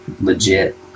legit